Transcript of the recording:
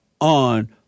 on